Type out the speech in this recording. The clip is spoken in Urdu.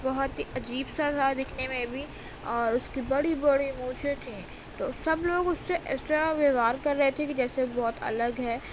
بہت ہی عجیب سا تھا دکھنے میں بھی اور اس کی بڑی بڑی مونچھیں تھیں تو سب لوگ اس سے اس طرح ویوہار کر رہے تھے کہ جیسے بہت الگ ہے